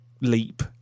leap